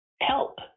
help